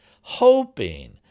hoping